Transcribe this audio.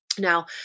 Now